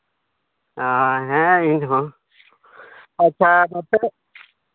ᱦᱮᱸ ᱤᱧ ᱦᱚᱸ ᱟᱪᱪᱷᱟ ᱱᱚᱛᱮ